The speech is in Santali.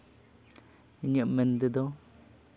ᱤᱧᱟᱹᱜ ᱢᱮᱱ ᱛᱮᱫᱚ